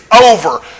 over